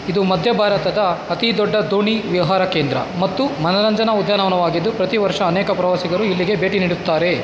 ಇದು ಮಧ್ಯ ಭಾರತದ ಅತಿ ದೊಡ್ಡ ದೋಣಿ ವಿಹಾರ ಕೇಂದ್ರ ಮತ್ತು ಮನರಂಜನ ಉದ್ಯಾನವನವಾಗಿದ್ದು ಪ್ರತಿ ವರ್ಷ ಅನೇಕ ಪ್ರವಾಸಿಗರು ಇಲ್ಲಿಗೆ ಭೇಟಿ ನೀಡುತ್ತಾರೆ